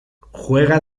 juega